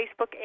Facebook